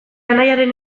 anaiaren